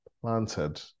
planted